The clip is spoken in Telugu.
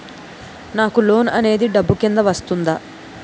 నాకు లోన్ అనేది డబ్బు కిందా వస్తుందా?